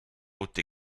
out